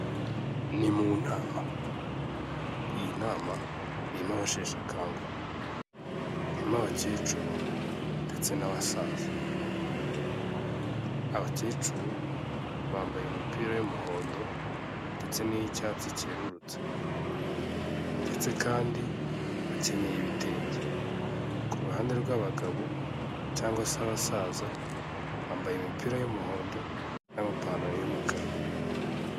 Ni mu nama, iyi nama irimo abasheshakanguhe, harimo abakecuru ndetse n'abasaza, abakecuru bambaye imipira y'umuhondo ndetse n'iy'icyatsi cyerurutse, ndetse kandi bakenyeye ibitenge, ku ruhande rw'abagabo cyangwa se abasaza bambaye imipira y'umuhondo n'amapantaro y'umukara.